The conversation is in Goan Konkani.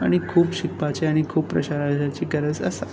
आनी खूब शिकपाचे आनी खूब प्रेशरायजाचे गरज आसा